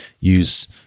use